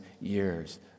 years